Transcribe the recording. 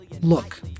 look